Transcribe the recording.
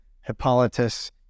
Hippolytus